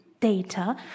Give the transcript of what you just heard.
Data